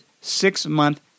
six-month